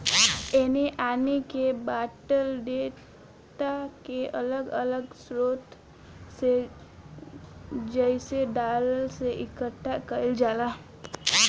एने ओने के बॉटल डेटा के अलग अलग स्रोत से जइसे दलाल से इकठ्ठा कईल जाला